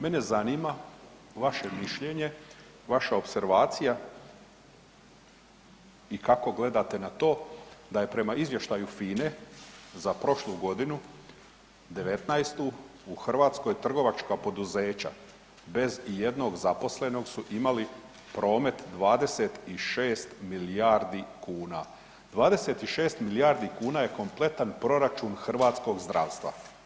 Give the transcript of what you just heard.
Mene zanima vaše mišljenje, vaša opservacija i kako gledate na to da je prema izvještaju FINA-e za prošlu godinu '19. u Hrvatskoj trgovačka poduzeća bez ijednog zaposlenog su imali promet 26 milijardi kuna, 26 milijardi kuna je kompletan proračun hrvatskog zdravstva.